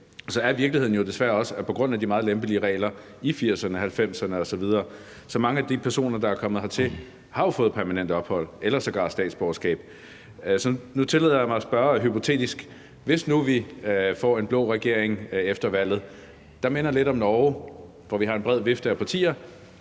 er virkeligheden jo desværre også, at på grund af de meget lempelige regler i 1980'erne og 1990'erne osv. har mange af de personer, der er kommet hertil, jo fået permanent ophold eller sågar statsborgerskab. Så nu tillader jeg mig at spørge hypotetisk: Hvis nu vi får en blå regering efter valget, der minder lidt om Norges, hvor der er en bred vifte af partier,